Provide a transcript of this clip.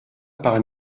par